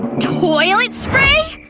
toilet spray?